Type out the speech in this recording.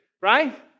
right